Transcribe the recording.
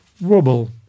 Wobble